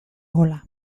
gola